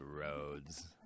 roads